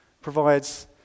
provides